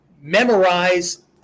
memorize